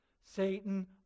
Satan